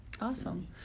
Awesome